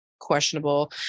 Questionable